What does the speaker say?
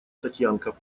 татьянка